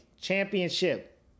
Championship